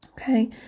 Okay